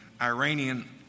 Iranian